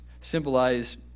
symbolize